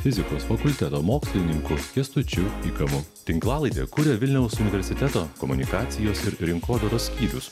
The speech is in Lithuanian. fizikos fakulteto mokslininku kęstučiu pikavu tinklalaidę kuria vilniaus universiteto komunikacijos ir rinkodaros skyrius